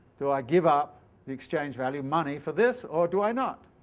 do i give up the exchange-value, money for this or do i not?